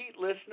listener